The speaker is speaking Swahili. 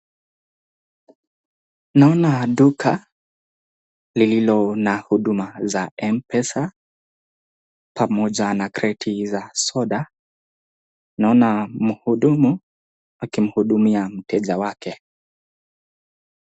Naona duka lililo na huduma za M-Pesa pamoja na kreti za soda. Naona mhudumu akimhudumia mteja wake.